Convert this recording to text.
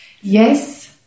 Yes